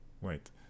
Wait